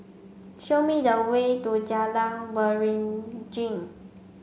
show me the way to Jalan Waringin